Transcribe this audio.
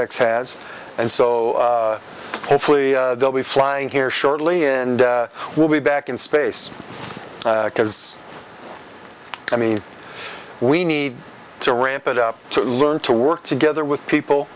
x has and so hopefully they'll be flying here shortly and we'll be back in space because i mean we need to ramp it up to learn to work together with people